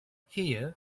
here